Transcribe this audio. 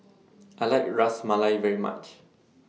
I like Ras Malai very much